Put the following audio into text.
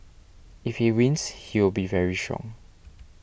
if he wins he will be very strong